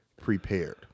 prepared